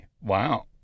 Wow